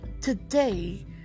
today